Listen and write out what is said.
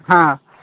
ହଁ